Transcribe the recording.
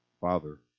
Father